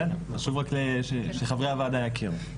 בסדר, חשוב רק שחברי הוועדה יכירו.